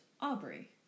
Aubrey